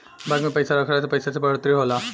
bank में पइसा रखला से पइसा के बढ़ोतरी होला